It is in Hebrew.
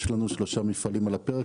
יש לנו 3 מפעלים על הפרק.